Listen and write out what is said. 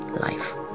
life